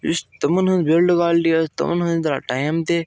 یُس تِمَن ہنٛز بِلڈ کوالٹی ٲسۍ تِمَن ہنٛدِس درٛاو ٹایم تہِ